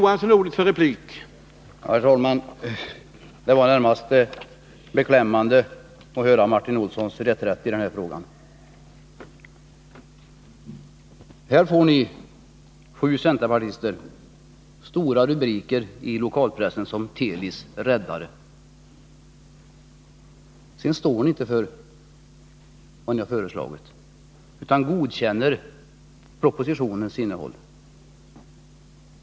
Herr talman! Det var närmast beklämmande att höra Martin Olssons reträtt i den här frågan. Här får ni, sju centerpartister, stora rubriker i lokalpressen som Telis räddare. Sedan står ni inte för vad ni har föreslagit, utan godkänner propositionens innehåll.